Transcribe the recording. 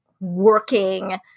working